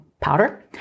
powder